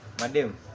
Madam